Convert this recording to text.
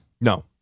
No